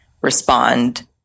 respond